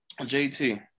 JT